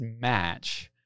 match